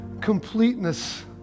completeness